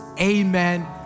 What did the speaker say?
amen